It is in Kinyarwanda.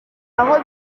aho